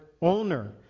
owner